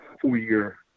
four-year